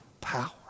power